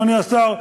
אדוני השר,